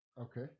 Okay